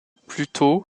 plutôt